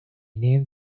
named